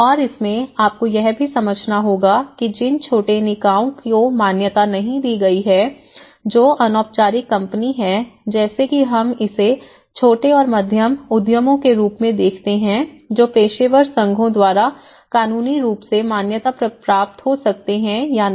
और इसमें आपको यह भी समझना होगा कि जिन छोटे निकायों को मान्यता नहीं दी गई है जो अनौपचारिक कंपनी है जैसे कि हम इसे छोटे और मध्यम उद्यमों के रूप में देखते हैं जो पेशेवर संघों द्वारा कानूनी रूप से मान्यता प्राप्त हो सकते हैं या नहीं